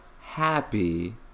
happy